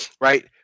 right